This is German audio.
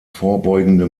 vorbeugende